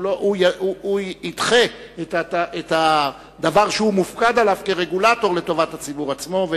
הוא ידחה את הדבר שהוא מופקד עליו כרגולטור לטובת הציבור עצמו.